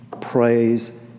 Praise